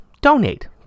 donate